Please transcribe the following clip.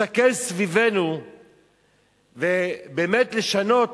להסתכל סביבנו ובאמת לשנות,